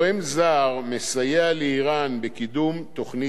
מסייע לאירן בקידום תוכנית הגרעין שלה.